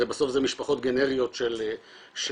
הרי בסוף זה משפחות גנריות של אופיאטים,